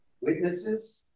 witnesses